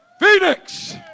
Phoenix